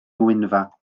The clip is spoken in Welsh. ngwynfa